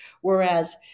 Whereas